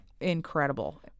incredible